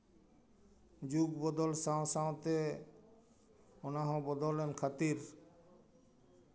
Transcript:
ᱡᱩᱜᱽ ᱵᱚᱫᱚᱞ ᱥᱟᱶ ᱥᱟᱶᱛᱮ ᱚᱱᱟᱦᱚᱸ ᱵᱚᱫᱚᱞᱮᱱ ᱠᱷᱟᱹᱛᱤᱨ